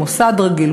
מוסד רגיל,